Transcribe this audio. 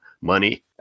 money